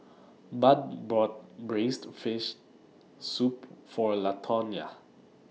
Budd bought Braised Shark Fin Soup For Latonya